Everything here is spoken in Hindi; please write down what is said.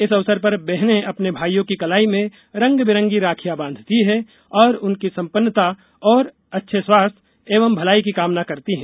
इस अवसर पर बहनें अपने भाईयों की कलाई में रंग बिरंगी राखियां बांधती हैं और उनकी संपन्नता अच्छे स्वास्थ्य और भलाई की कामना करती हैं